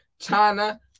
China